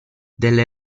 delle